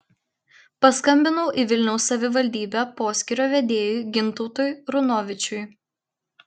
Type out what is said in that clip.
paskambinau į vilniaus savivaldybę poskyrio vedėjui gintautui runovičiui